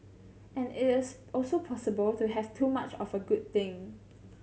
and it is also possible to have too much of a good thing